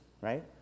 right